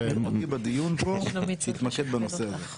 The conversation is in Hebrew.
הדרך הטובה ביותר להוביל גז לאירופה זה להנזיל אותו.